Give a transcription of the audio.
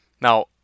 now